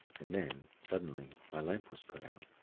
and then, suddenly, my lamp was put out,